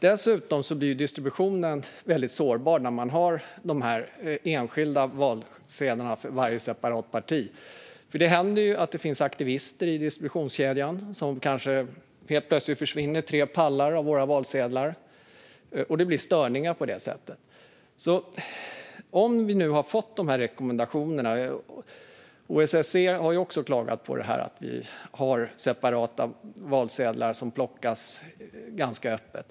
Dessutom blir distributionen väldigt sårbar när man har separata valsedlar för varje parti. Det händer ju att det finns aktivister i distributionskedjan. Helt plötsligt försvinner kanske tre pallar av våra valsedlar, och det blir störningar på det sättet. Även OSSE har klagat på att vi har separata valsedlar som plockas ganska öppet.